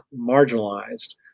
marginalized